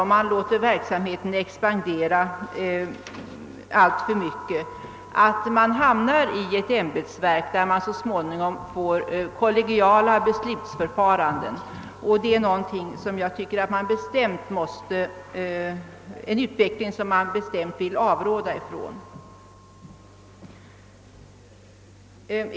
Om man låter verksamheten expandera alltför mycket finns det risk för att man hamnar i ett ämbetsverk, där man så småningom får kollegiala beslutsförfaranden, och det är en utveckling som jag bestämt vill varna för.